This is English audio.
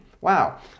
Wow